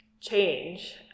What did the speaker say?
change